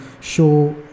show